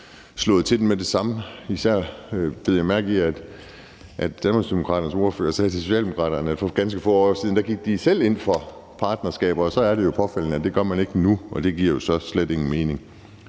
slået til med det samme. Især bed jeg mærke i, at Danmarksdemokraternes ordfører sagde til Socialdemokraterne, at for ganske få år siden gik de selv ind for partnerskaber, og så er det jo påfaldende, at det gør man ikke nu. Det giver jo så slet ingen mening.